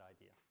idea